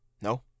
No